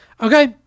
Okay